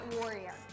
Warrior